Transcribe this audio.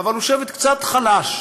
אבל הוא שבט קצת חלש.